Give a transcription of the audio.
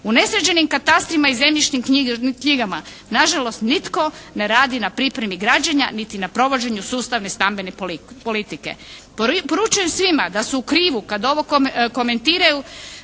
u nesređenim katastrima i zemljišnim knjigama na žalost nitko ne radi na pripremi građenja niti na provođenju sustavne stambene politike. Poručujem svima da su u krivu kad ovo komentiraju